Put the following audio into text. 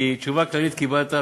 כי תשובה כללית קיבלת,